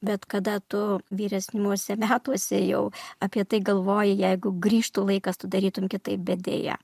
bet kada tu vyresniuose metuose jau apie tai galvoji jeigu grįžtų laikas tu darytum kitaip bet deja